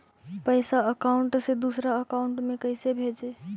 पैसा अकाउंट से दूसरा अकाउंट में कैसे भेजे?